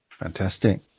Fantastic